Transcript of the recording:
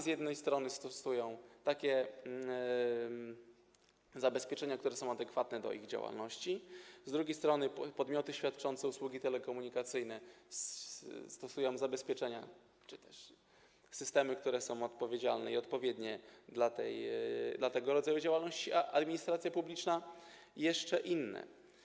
Z jednej strony banki stosują takie zabezpieczenia, które są adekwatne do ich działalności, z drugiej strony podmioty świadczące usługi telekomunikacyjne stosują zabezpieczenia czy też systemy, które są odpowiedzialne i odpowiednie dla tego rodzaju działalności, a administracja publiczna jeszcze inne.